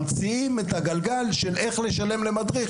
ממציאים את הגלגל של איך לשלם למדריך